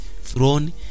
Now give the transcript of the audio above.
throne